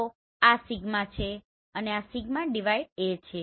તો આ ° છે અને આ A છે